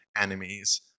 enemies